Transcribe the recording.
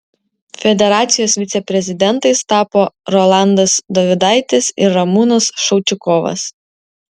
federacijos viceprezidentais tapo rolandas dovidaitis ir ramūnas šaučikovas